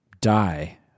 die